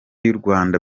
y’urwanda